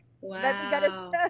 Wow